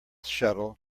shuttle